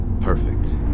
perfect